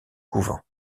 couvent